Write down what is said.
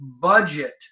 budget